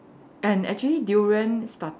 and actually durian started